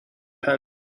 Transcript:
pen